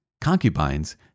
concubines